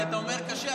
כי אתה אומר "קשה",